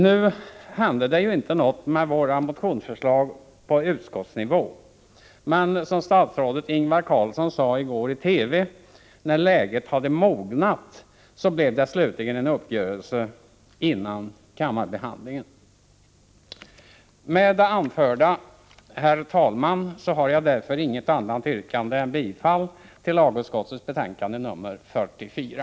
Nu hände det ju inte något med våra motionsförslag på utskottsnivå. Men, som statsrådet Ingvar Carlsson sade i går i TV, när läget hade mognat blev det slutligen en uppgörelse före kammarbehandlingen. Herr talman! Jag har därför inget annat yrkande än bifall till lagutskottets hemställan i betänkande 44.